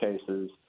cases